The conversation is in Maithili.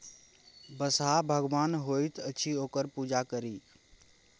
बसहा भगवान होइत अछि ओकर पूजा करी